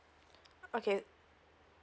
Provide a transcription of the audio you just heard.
okay